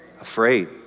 afraid